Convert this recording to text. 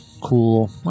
cool